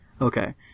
Okay